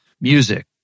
Music